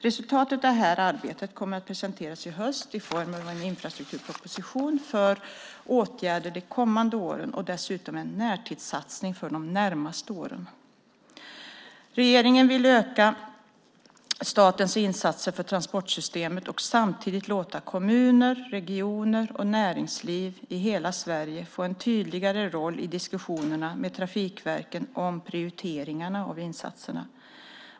Resultatet av detta arbete kommer att presenteras i höst i form av en infrastrukturproposition för åtgärder de kommande åren och dessutom en närtidssatsning för de närmaste åren. Regeringen vill öka statens insatser för transportsystemet och samtidigt låta kommuner, regioner och näringsliv i hela Sverige få en tydligare roll i diskussionerna med trafikverken om prioriteringen av insatserna.